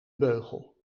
beugel